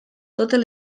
totes